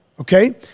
okay